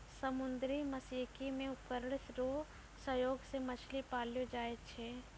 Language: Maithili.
समुन्द्री मत्स्यिकी मे उपकरण रो सहयोग से मछली पाललो जाय छै